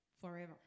forever